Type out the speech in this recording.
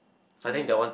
on